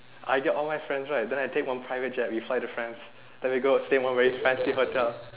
I get all my friends right then I take one private jet we fly to France then we go stay one very fancy hotel